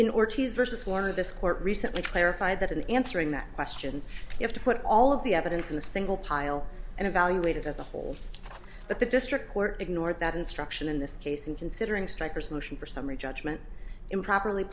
ortiz versus one of this court recently clarified that in answering that question you have to put all of the evidence in the single pile and evaluated as a whole but the district court ignored that instruction in this case and considering striker's motion for summary judgment improperly